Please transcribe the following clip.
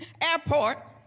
airport